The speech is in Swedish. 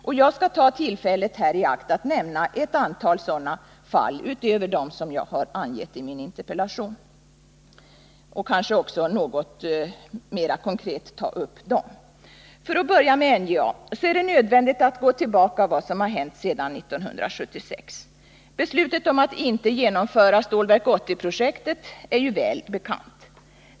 Jag skall här ta tillfället i akt att nämna ett antal sådana fall utöver dem som jag har angett i min interpellation — och även ta upp dem något mera konkret. För att börja med NJA så är det nödvändigt att gå tillbaka till vad som hänt sedan 1976. Beslutet om att inte genomföra Stålverk 80-projektet är väl bekant.